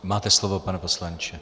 Máte slovo, pane poslanče.